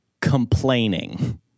Complaining